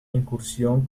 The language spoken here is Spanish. incursión